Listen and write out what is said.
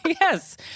Yes